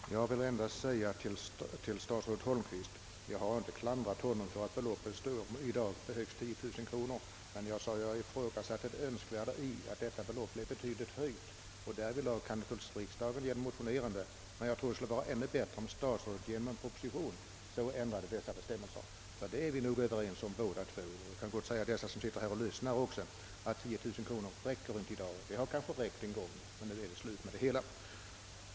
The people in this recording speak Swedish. Herr talman! Jag vill endast säga till statsrådet Holmqvist att jag inte klandrat honom för att beloppet i dag är högst 10 000 kronor. Men jag har ifrågasatt om det inte är önskvärt att detta belopp höjs ytterligare. Därvidlag kan det väl motioneras i riksdagen, men jag tror det skulle vara ännu bättre om statsrådet genom en proposition ändrade dessa bestämmelser. Vi är nog båda överens — de som sitter här och lyssnar också om att 10 000 kronor inte räcker i dag, även om det beloppet kanske har räckt en gång.